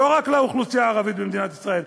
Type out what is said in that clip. לא רק לאוכלוסייה הערבית במדינת ישראל,